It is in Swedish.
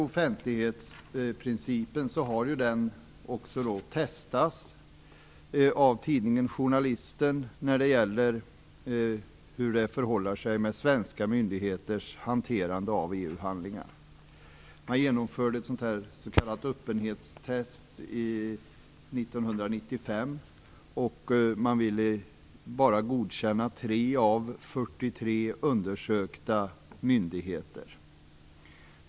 Offentlighetsprincipen har testats av tidningen Journalisten när det gäller svenska myndigheters hantering av EU-handlingar. Man genomförde ett s.k. öppenhetstest 1995, där bara 3 av 43 undersökta myndigheter godkändes.